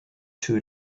too